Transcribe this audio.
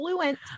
fluent